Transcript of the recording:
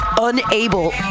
unable